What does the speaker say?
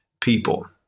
people